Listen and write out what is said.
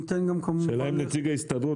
ניתן גם --- השאלה אם נציג ההסתדרות